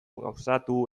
gauzatu